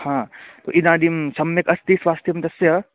हा तु इदानीं सम्यक् अस्ति स्वास्थ्यं तस्य